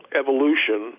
evolution